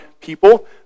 people